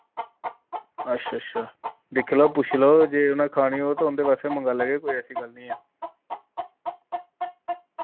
अच्छ अच्छा दिक्खी लाओ पूछी लाओ जे उ'नै खानी हो ते उंदे वास्तै मंगाई लैगे कोई ऐसी गल्ल निं ऐ